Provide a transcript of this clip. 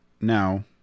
Now